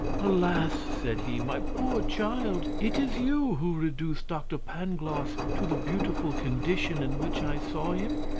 alas! said he, my poor child, it is you who reduced doctor pangloss to the beautiful condition in which i saw him?